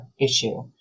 issue